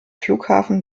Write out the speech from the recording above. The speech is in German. flughafen